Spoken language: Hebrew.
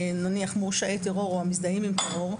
נניח מורשעי טרור או המזדהים עם טרור,